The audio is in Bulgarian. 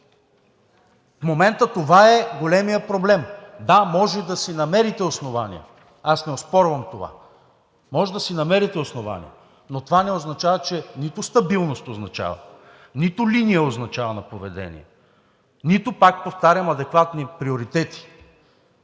В момента това е големият проблем. Да, може да си намерите основание, аз не оспорвам това, можете да си намерите основание, но това не означава, че нито стабилност означава, нито линия означава на поведение, нито, пак повтарям, адекватни приоритети.